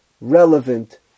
relevant